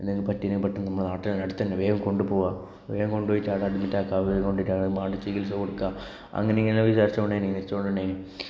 എന്തേലും പറ്റിയാൽ തന്നെ പെട്ടെന്ന് നമ്മളെ നാട്ടില് അടുത്ത് തന്നെ വേഗം കൊണ്ടുപോകാം വേഗം കൊണ്ടുപോയിട്ട് അവിടെ അഡ്മിറ്റ് ആക്കാം വേഗം കൊണ്ടുപോയിട്ട് വേണ്ടിയ ചികിൽസ കൊടുക്കാം അങ്ങനെ ഇങ്ങനെ വിചാരിച്ചുകൊണ്ടു നിരീച്ചുകൊണ്ട് ഉണ്ടായിരുന്നു